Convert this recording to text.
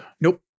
nope